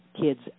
kids